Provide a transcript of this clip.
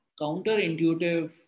counterintuitive